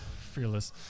fearless